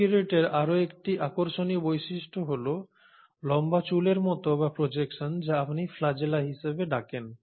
প্রোক্যারিওটের আরও একটি আকর্ষণীয় বৈশিষ্ট্য হল লম্বা চুলের মত বা প্রজেকশন যা আপনি ফ্ল্যাজেলা হিসাবে ডাকেন